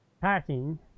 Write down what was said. packing